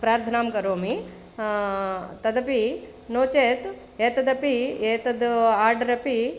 प्रार्थनां करोमि तदपि नो चत् एतदपि एतत् आर्डर् अपि